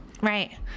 Right